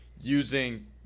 using